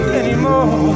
anymore